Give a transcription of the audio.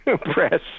press